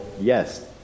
yes